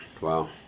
Wow